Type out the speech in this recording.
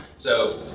so,